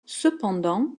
cependant